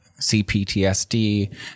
CPTSD